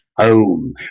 home